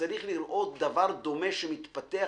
וצריך לראות דבר דומה שמתפתח,